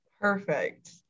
perfect